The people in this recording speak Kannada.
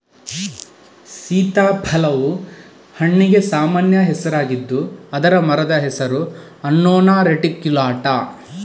ಸೀತಾಫಲವು ಹಣ್ಣಿಗೆ ಸಾಮಾನ್ಯ ಹೆಸರಾಗಿದ್ದು ಅದರ ಮರದ ಹೆಸರು ಅನ್ನೊನಾ ರೆಟಿಕ್ಯುಲಾಟಾ